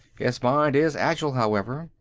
his mind is agile, however.